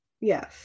yes